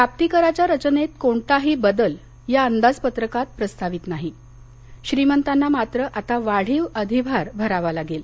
प्राप्तीकराच्या रचनेत कोणताही बदल या अंदाजपत्रकात प्रस्तावित नाही श्रीमंतांना मात्र आता वाढीव अधिभार भरावा लागेल